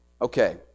Okay